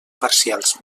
parcials